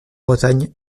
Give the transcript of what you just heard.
bretagne